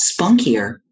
spunkier